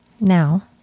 Now